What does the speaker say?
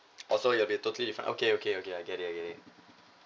oh so it'll be totally if I okay okay okay I get it I get it